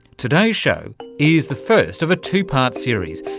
today's show is the first of a two-part series.